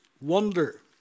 wonder